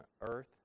earth